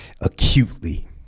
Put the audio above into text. acutely